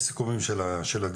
יש סיכומים גם של הדיונים,